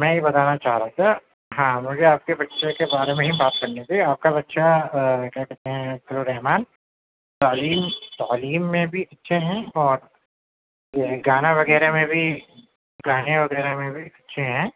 میں یہ بتانا چاہ رہا تھا ہاں مجھے آپ کے بچوں کے بارے میں ہی بات کرنی تھی آپ کا بچہ کیا کہتے ہیں فضل الرحمٰن تعلیم تعلیم میں بھی اچھے ہیں اور یہ گانا وغیرہ میں بھی گانے وغیرہ میں بھی اچھے ہیں